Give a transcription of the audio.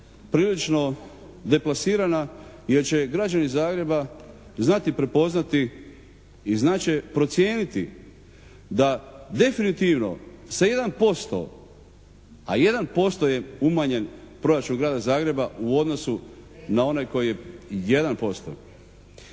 prilično deplasirana jer će građani Zagreba znati prepoznati i znat će procijeniti da definitivno sa 1%, a 1% je umanjen proračun Grada Zagreba u odnosu na one koji 1%